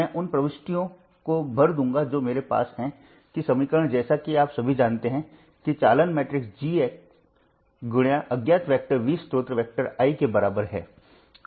मैं उन प्रविष्टियों को भर दूंगा जो मेरे पास है कि समीकरण जैसा कि आप सभी जानते हैं कि चालन मैट्रिक्स G × अज्ञात वेक्टर V स्रोत वेक्टर I के बराबर है